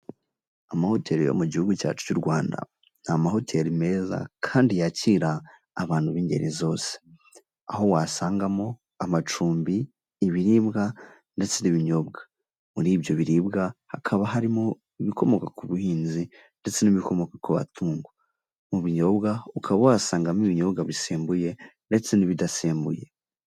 Amahoteli yo mu gihugu cyacu cy'u Rwanda ni amahoteli meza kandi yakira abantu b'ingeri zose. Aho wasangamo amacumbi, ibiribwa ndetse n'ibinyobwa. Muri ibyo biribwa hakaba harimo ibikomoka ku buhinzi ndetse n'ibikomoka ku matungo. Mu binyobwa ukaba wasangamo ibinyobwa bisembuye ndetse n'ibidasembuye.